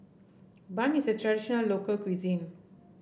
bun is a traditional local cuisine